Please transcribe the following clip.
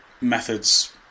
methods